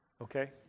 Okay